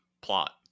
plot